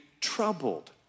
troubled